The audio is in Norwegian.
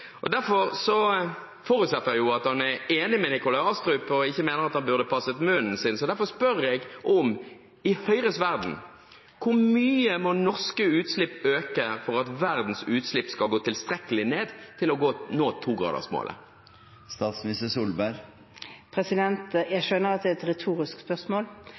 Derfor forutsetter jeg at en er enig med Nikolai Astrup, og ikke mener at han burde passet munnen sin. Derfor spør jeg: I Høyres verden – hvor mye må norske utslipp øke for at verdens utslipp skal gå tilstrekkelig ned – for å nå togradersmålet? Jeg skjønner at det er et retorisk spørsmål,